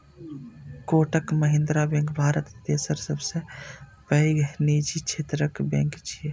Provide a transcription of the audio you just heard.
Kotak Mahindra bank Bharat तेसर सबसं पैघ निजी क्षेत्रक बैंक छियै